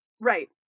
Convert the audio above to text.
Right